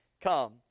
Come